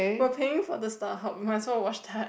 while paying for the Starhub you might as well watch Ted